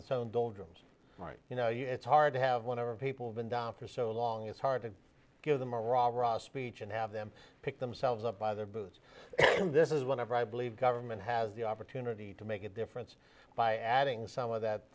own doldrums right you know you it's hard to have whatever people have been down for so long it's hard to give them a raw raw speech and have them pick themselves up by their boots and this is whenever i believe government has the opportunity to make a difference by adding some of that